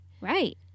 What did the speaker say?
Right